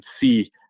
see